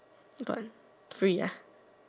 got three ya